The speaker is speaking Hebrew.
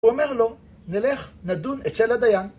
אומר לו, נלך נדון את של הדיין